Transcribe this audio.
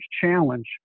challenge